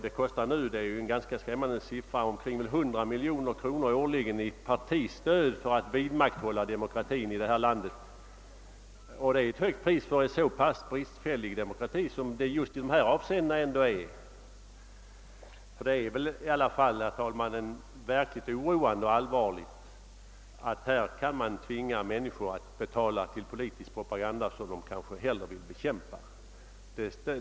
Det kostar nu — det är en ganska skrämmande siffra — omkring 100 miljoner kronor årligen i partistöd att vidmakthålla demokratin i detta land. Det är ett högt pris för en så pass bristfällig demokrati som den just i dessa avseenden ändå är. Det är väl, herr talman, det verkligt oroande och allvarliga, att man kan tvinga människor att betala till politisk propaganda som de kanske hellre vill bekämpa.